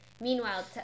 Meanwhile